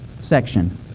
section